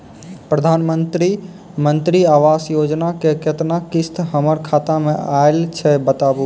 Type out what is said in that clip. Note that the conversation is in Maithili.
प्रधानमंत्री मंत्री आवास योजना के केतना किस्त हमर खाता मे आयल छै बताबू?